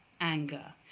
anger